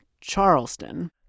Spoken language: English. Charleston